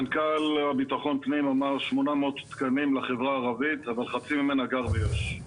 מנכ"ל ביטחון פנים אמר 800 תקנים לחברה הערבית אבל חצי ממנה גר ביו"ש.